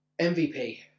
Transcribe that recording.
MVP